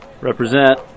Represent